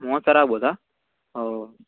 ಮೂವತ್ತು ಸಾವಿರ ಆಗ್ಬೋದಾ ಹೋ